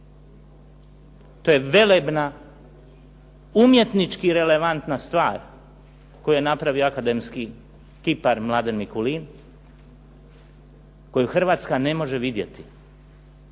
To je velebna umjetnički relevantna stvar koju je napravio akademski kipar Mladen Mikulin koju Hrvatska ne može vidjeti.